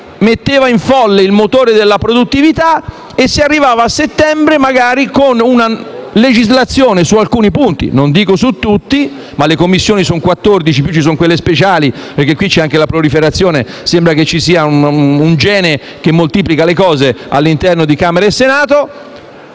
mette in folle il motore della produttività. Magari saremmo arrivati a settembre con una legislazione, su alcuni punti, non dico su tutti (ma le Commissioni sono 14 e in più ci sono quelle speciali, perché qui c'è anche la proliferazione: sembra che ci sia un gene che moltiplica le cose all'interno di Camera e Senato),